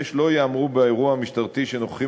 6. לא ייאמרו באירוע משטרתי שנוכחים